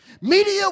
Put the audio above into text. Media